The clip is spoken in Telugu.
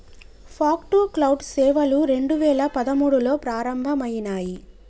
ఫాగ్ టు క్లౌడ్ సేవలు రెండు వేల పదమూడులో ప్రారంభమయినాయి